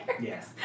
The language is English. Yes